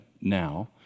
now